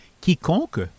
quiconque